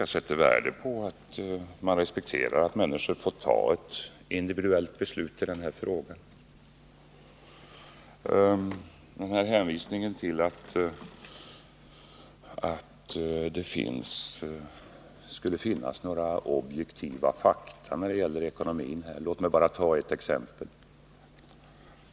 Jag sätter värde på att man accepterar att människor får fatta individuella beslut i denna fråga. Beträffande hänvisningen till att det skulle finnas några objektiva fakta när det gäller ekonomin vill jag bara ta ett exempel.